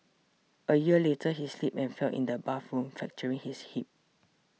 a year later he slipped and fell in the bathroom fracturing his hip